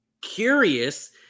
curious